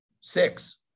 six